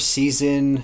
season